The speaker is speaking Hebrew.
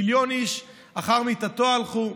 מיליון איש אחר מיטתו הלכו,